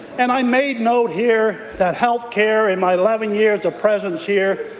and i made note here that health care in my eleven years of presence here,